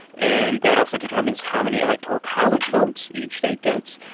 and that also determines how many electoral college votes each state gets.